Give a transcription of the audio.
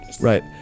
Right